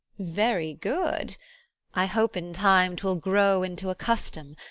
very good i hope in time twill grow into a custom,